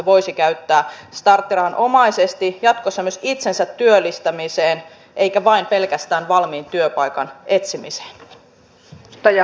olisin kysynyt ennen kaikkea tästä sote uudistuksen kysymyksestä ennen kaikkea siitä sote ict puolen kysymyksestä